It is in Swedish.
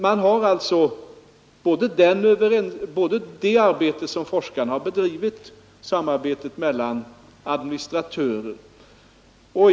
Vi har således både det arbetet som forskarna har bedrivit och samarbetet mellan administratörer att bygga på.